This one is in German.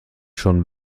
schon